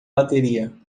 bateria